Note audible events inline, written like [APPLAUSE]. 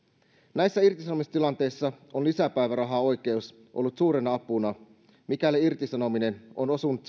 näissä irtisanomistilanteissa on lisäpäivärahaoikeus ollut suurena apuna mikäli irtisanominen on osunut [UNINTELLIGIBLE]